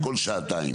כל שעתיים.